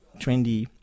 trendy